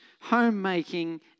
homemaking